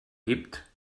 hebt